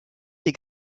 des